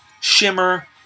Shimmer